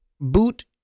boot